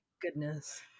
goodness